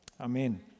Amen